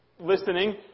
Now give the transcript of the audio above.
listening